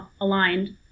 aligned